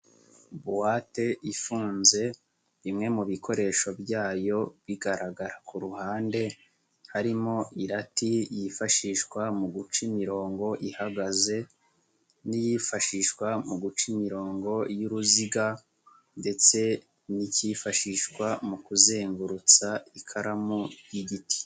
Buwate ifunze, bimwe mu bikoresho byayo bigaragara ku ruhande, harimo irati yifashishwa mu guca imirongo ihagaze n'iyifashishwa mu guca imirongo y'uruziga ndetse n'icyifashishwa mu kuzengurutsa ikaramu y'igiti.